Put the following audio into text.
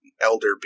elder